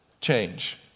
change